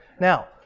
Now